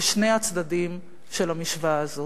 לשני הצדדים של המשוואה הזאת.